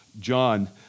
John